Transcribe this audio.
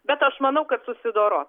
bet aš manau kad susidoros